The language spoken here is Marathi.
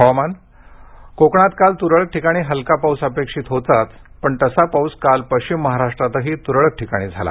हवामान कोकणात काल तुरळक ठिकाणी हलका पाऊस अपेक्षित होताच पण तसा पाऊस काल पश्चिम महाराष्ट्रातही तुरळक ठिकाणी झाला